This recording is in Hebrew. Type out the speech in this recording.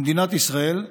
למדינת ישראל,